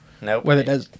Nope